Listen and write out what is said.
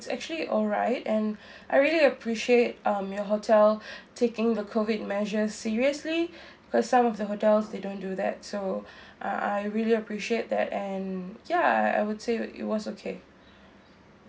it's actually alright and I really appreciate um your hotel taking the COVID measures seriously because some of the hotels they don't do that so uh I really appreciate that and ya I would say it was okay